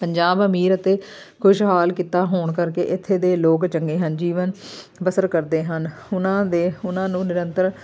ਪੰਜਾਬ ਅਮੀਰ ਅਤੇ ਖੁਸ਼ਹਾਲ ਖਿੱਤਾ ਹੋਣ ਕਰਕੇ ਇੱਥੇ ਦੇ ਲੋਕ ਚੰਗੇ ਹਨ ਜੀਵਨ ਬਸਰ ਕਰਦੇ ਹਨ ਉਹਨਾਂ ਦੇ ਉਹਨਾਂ ਨੂੰ ਨਿਰੰਤਰ